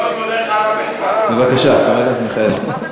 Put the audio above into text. בבקשה, חבר הכנסת מיכאלי.